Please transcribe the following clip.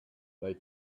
they